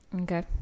Okay